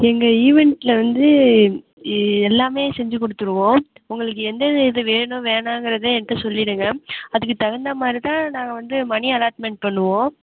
எங்கள் ஈவென்ட்டில் வந்து எல்லாமே செஞ்சு கொடுத்துருவோம் உங்களுக்கு எந்த எந்த இது வேணும் வேணாம்ங்கிறத எங்கள் கிட்டே சொல்லிவிடுங்க அதுக்கு தகுந்த மாதிரி தான் நாங்கள் வந்து மணி அலாட்மென்ட் பண்ணுவோம்